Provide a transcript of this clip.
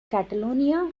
catalonia